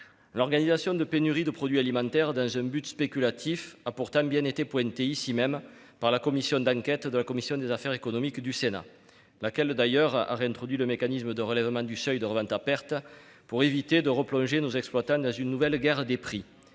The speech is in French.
L'organisation de pénuries de produits alimentaires dans un but spéculatif a pourtant bien été pointée, ici même, par notre commission des affaires économiques, qui a d'ailleurs réintroduit le mécanisme de relèvement du SRP pour éviter de replonger nos exploitants dans une nouvelle guerre des prix.